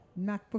MacBook